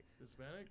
Hispanic